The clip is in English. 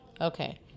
Okay